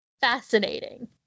fascinating